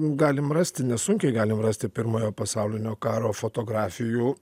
galim rasti nesunkiai galim rasti pirmojo pasaulinio karo fotografijų